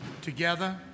Together